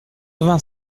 vingt